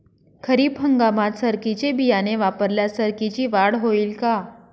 खरीप हंगामात सरकीचे बियाणे वापरल्यास सरकीची वाढ होईल का?